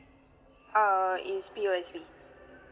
err it's P_O_S_B